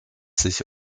sich